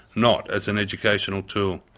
not as an educational tool.